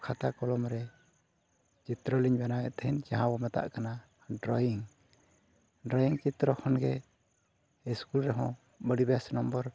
ᱠᱷᱟᱛᱟ ᱠᱚᱞᱚᱢᱨᱮ ᱪᱤᱛᱨᱚ ᱞᱤᱧ ᱵᱮᱱᱟᱣᱮᱫ ᱛᱟᱦᱮᱱ ᱡᱟᱦᱟᱸ ᱵᱚᱱ ᱢᱮᱛᱟᱜ ᱠᱟᱱᱟ ᱪᱤᱛᱨᱚ ᱠᱷᱚᱱᱜᱮ ᱨᱮᱦᱚᱸ ᱟᱹᱰᱤ ᱵᱮᱥ